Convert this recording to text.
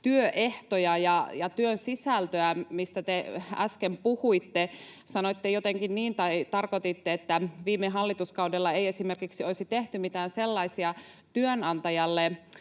työehtoja ja työn sisältöä, mistä te äsken puhuitte. Sanoitte jotenkin niin, tai tarkoititte, että viime hallituskaudella ei esimerkiksi olisi tehty mitään sellaisia työnantajan